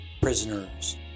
prisoners